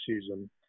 season